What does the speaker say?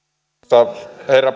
arvoisa herra